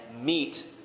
meet